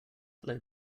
hello